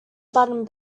button